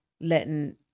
letting